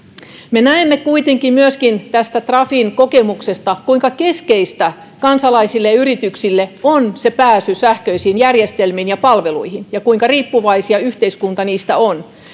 me näemme kuitenkin myöskin tästä trafin kokemuksesta kuinka keskeistä kansalaisille ja yrityksille on pääsy sähköisiin järjestelmiin ja palveluihin ja kuinka riippuvaisia yhteiskunta niistä on